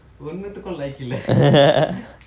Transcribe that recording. ஒண்ணுத்துக்கும் like இல்ல:onnutthukkum laikku illa